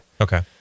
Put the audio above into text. Okay